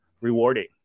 rewarding